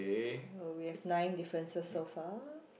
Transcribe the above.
so we have nine differences so far